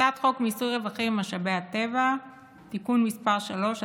הצעת חוק מיסוי רווחים ממשאבי טבע (תיקון מס' 3),